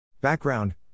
Background